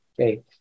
Okay